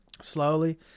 slowly